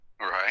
right